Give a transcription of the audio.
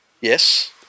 Yes